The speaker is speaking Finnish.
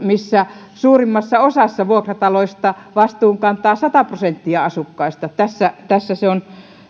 mistä suurimmassa osassa vuokrataloista vastuun kantaa sata prosenttia asukkaista tässä tässä se